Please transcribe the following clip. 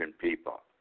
people